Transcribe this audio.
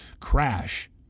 crash